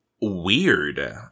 weird